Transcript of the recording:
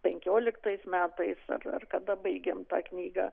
penkioliktais metais ar kada baigėm tą knygą